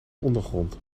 ondergrond